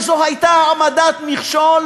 וזו הייתה העמדת מכשול